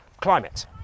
climate